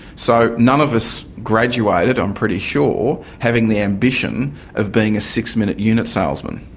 so none of us graduated i'm pretty sure having the ambition of being a six-minute unit salesman.